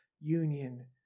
union